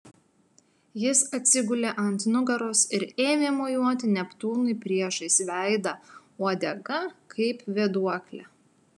jis atsigulė ant nugaros ir ėmė mojuoti neptūnui priešais veidą uodega kaip vėduokle